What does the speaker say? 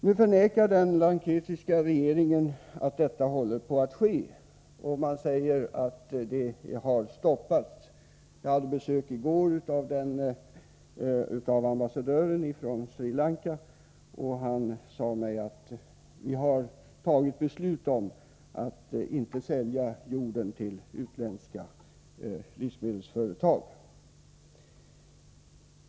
Nu förnekar den srilankesiska regeringen att detta håller på att ske. Regeringen säger att detta har stoppats. Jag hade besök i går av Sri Lankas ambassadör. Han sade till mig att regeringen i Sri Lanka hade fattat beslut om att inte sälja jord till utländska livsmedelsföretag.